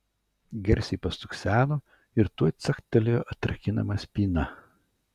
garsiai pastukseno ir tuoj caktelėjo atrakinama spyna